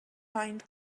find